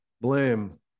blame